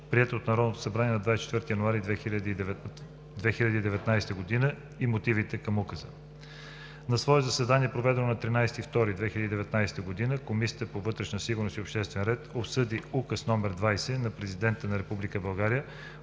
приет от Народното събрание на 24 януари 2019 г., и мотивите към Указа. На свое заседание, проведено на 13 февруари 2019 г., Комисията по вътрешна сигурност и обществен ред обсъди Указ № 20 на Президента на Република България,